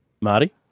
Marty